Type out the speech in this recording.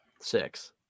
Six